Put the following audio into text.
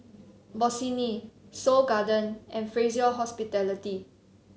Bossini Seoul Garden and Fraser Hospitality